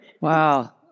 Wow